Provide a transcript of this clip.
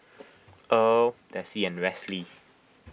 Earl Desi and Westley